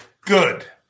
Good